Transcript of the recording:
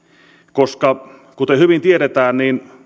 koska kuten hyvin tiedetään